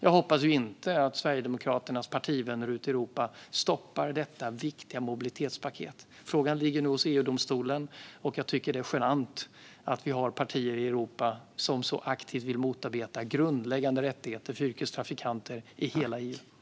Jag hoppas ju att Sverigedemokraternas partivänner ute i Europa inte stoppar detta viktiga mobilitetspaket, men frågan ligger nu hos EU-domstolen. Jag tycker att det är genant att vi har partier i Europa som så aktivt vill motarbeta grundläggande rättigheter för yrkestrafikanter i hela EU.